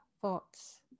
thoughts